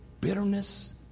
bitterness